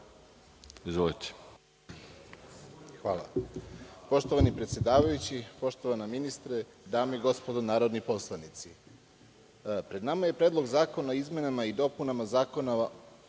Radičević** Poštovani predsedavajući, poštovani ministre, dame i gospodo narodni poslanici, pred nama je Predlog zakona o izmenama i dopunama Zakona